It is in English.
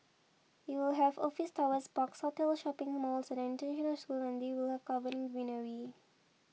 it will have office towers parks hotels shopping malls and an international school and they will be covered in greenery